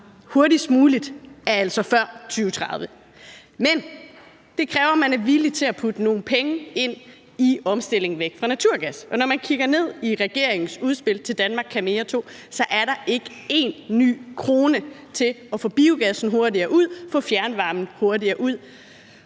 »hurtigst muligt« altså er før 2030. Men det kræver, at man er villig til at putte nogle penge i omstillingen for at komme væk fra naturgas, og når man kigger ned i regeringens udspil i »Danmark kan mere II«, er der ikke én ny krone til at få biogassen hurtigere ud og få fjernvarmen hurtigere ud.